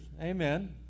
amen